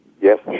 Yes